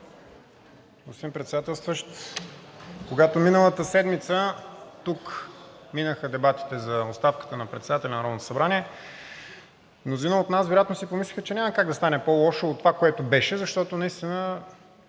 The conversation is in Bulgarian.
Господин Председателстващ, когато миналата седмица тук минаха дебатите за оставката на председателя на Народното събрание, мнозина от нас вероятно си помислиха, че няма как да стане по-лошо от това, което беше, защото наистина